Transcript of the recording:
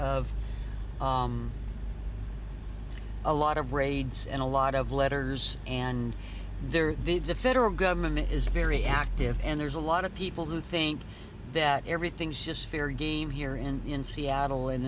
of a lot of raids and a lot of letters and there the federal government is very active and there's a lot of people who think that everything's just fair game here and in seattle and